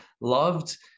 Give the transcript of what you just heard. loved